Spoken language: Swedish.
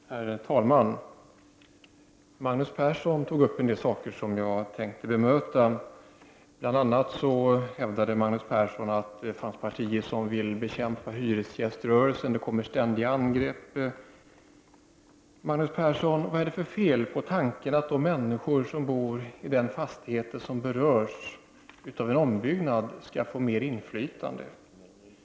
Herr talman! Magnus Persson tog upp en del saker om jag tänkte bemöta. Han hävdade bl.a. att det finns partier som vill bekämpa hyresgäströrelsen, att det kommer ständiga angrepp mot denna. Vad är det, Magnus Persson, för fel på tanken att de människor som bor i den fastighet som berörs av en ombyggnad skall få mer inflytande?